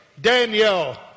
Daniel